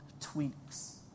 tweaks